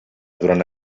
durant